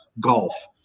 golf